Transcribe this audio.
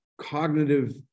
cognitive